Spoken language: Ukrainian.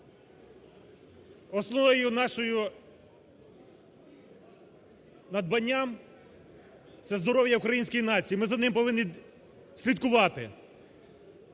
Основне наше надбання – це здоров'я української нації. Ми за ним повинні слідкувати.